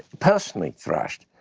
personally thrashed,